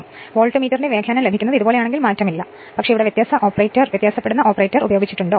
ഇത് മാറില്ല വോൾട്ട്മീറ്ററിന്റെ വ്യാഖ്യാനം ലഭിക്കുന്നത് ഇതുപോലെയാണെങ്കിൽ മാറ്റമില്ല പക്ഷേ ഞാൻ വ്യത്യാസ ഓപ്പറേറ്റർ ഉപയോഗിച്ചിട്ടുണ്ടോ